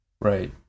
Right